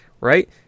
right